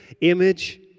image